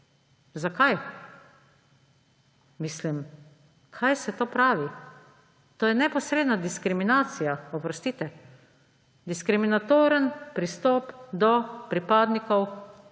Zakaj? Mislim, kaj se to pravi. To je neposredna diskriminacija, oprostite. Diskriminatoren pristop do pripadnikov